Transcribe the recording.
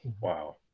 wow